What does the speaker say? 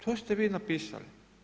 To ste vi napisali.